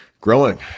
growing